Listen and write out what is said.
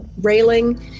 railing